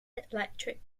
electric